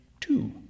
two